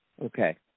Okay